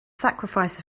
sacrifice